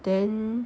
then